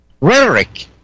rhetoric